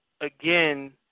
again